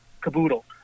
caboodle